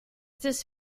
this